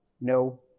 No